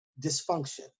dysfunction